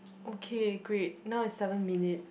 okay great now is seven minute